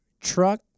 truck